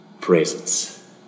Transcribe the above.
presence